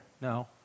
No